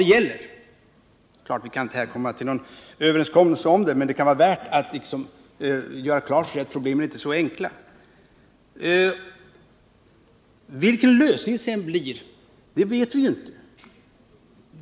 Det är klart att vi inte kan komma fram till någon överenskommelse om det, men det kan vara värt att göra klart att problemen inte är så enkla. Vilken lösning det sedan blir vet vi inte.